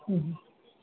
हूं हूं